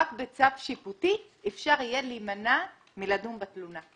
רק בצו שיפוטי אפשר יהיה להימנע מלדון בתלונה.